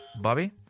Bobby